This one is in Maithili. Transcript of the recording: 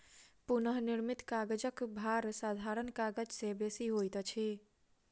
पुनःनिर्मित कागजक भार साधारण कागज से बेसी होइत अछि